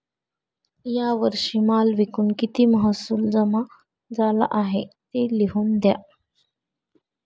या वर्षी माल विकून किती महसूल जमा झाला आहे, ते लिहून द्या